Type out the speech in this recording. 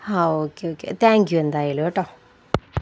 ആ okay okay thank you എന്തായാലും കേട്ടോ